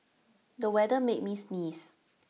the weather made me sneeze